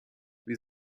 wie